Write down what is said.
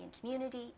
community